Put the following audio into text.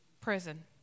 Prison